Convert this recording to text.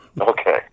Okay